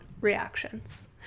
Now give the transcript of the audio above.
reactions